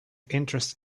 interest